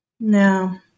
No